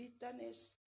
bitterness